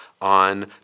on